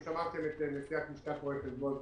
ושמעתם את נשיאת לשכת רואי החשבון,